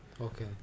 okay